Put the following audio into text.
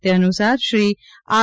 તે અનુસાર શ્રી આર